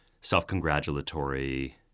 self-congratulatory